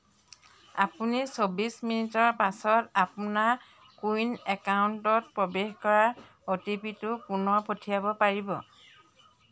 আপুনি চৌবিছ মিনিটৰ পাছত আপোনাৰ কো ৱিন একাউণ্টত প্ৰৱেশ কৰাৰ অ' টি পি টো পুনৰ পঠিয়াব পাৰিব